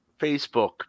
Facebook